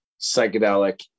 psychedelic